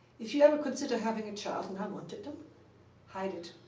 if you ever consider having a child and i wanted them hide it.